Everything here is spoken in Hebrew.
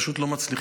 פשוט לא מצליחים,